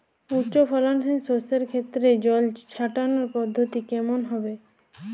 উচ্চফলনশীল শস্যের ক্ষেত্রে জল ছেটানোর পদ্ধতিটি কমন হবে?